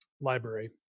library